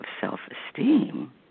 self-esteem